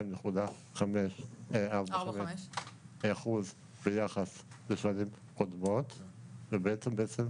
2.45% ביחס לשנים קודמות וב-23'